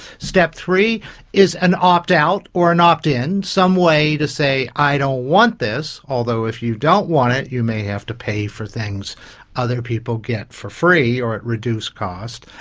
step three is an opt out or an opt in, some way to say i don't want this, although if you don't want it you may have to pay the things other people get for free or at reduced cost.